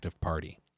party